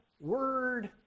word